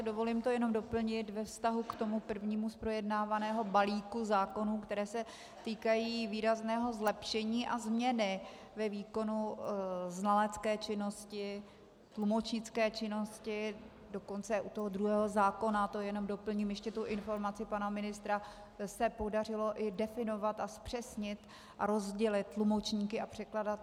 Dovolím si jenom to doplnit ve vztahu k tomu prvnímu z projednávaného balíku zákonů, které se týkají výrazného zlepšení a změny ve výkonu znalecké činnosti, tlumočnické činnosti, dokonce u toho druhého zákona, ještě doplním informaci pana ministra, se podařilo i definovat a zpřesnit a rozdělit tlumočníky a překladatele.